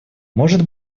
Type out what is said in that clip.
может